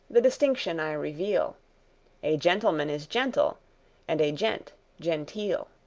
the distinction i reveal a gentleman is gentle and a gent genteel.